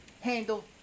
handle